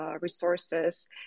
resources